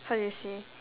how do you say